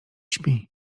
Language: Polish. śpi